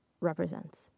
represents